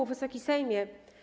Wysoki Sejmie!